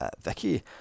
Vicky